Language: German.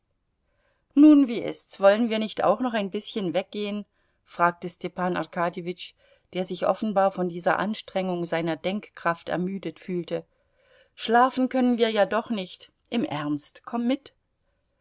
nun wie ist's wollen wir nicht auch noch ein bißchen weggehen fragte stepan arkadjewitsch der sich offenbar von dieser anstrengung seiner denkkraft ermüdet fühlte schlafen können wir ja doch noch nicht im ernst komm mit